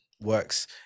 works